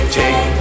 take